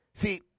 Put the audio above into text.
See